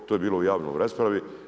To je bilo u javnoj raspravi.